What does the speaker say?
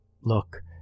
look